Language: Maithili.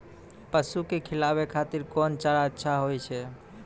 पसु के खिलाबै खातिर कोन चारा अच्छा होय छै?